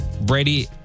Brady